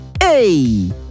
Hey